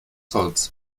holz